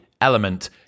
Element